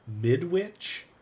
Midwich